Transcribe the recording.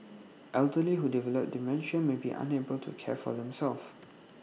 elderly who develop dementia may be unable to care for themselves